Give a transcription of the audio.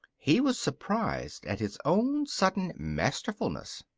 he was surprised at his own sudden masterfulness.